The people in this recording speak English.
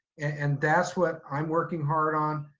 and that's what i'm working hard on.